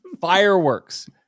fireworks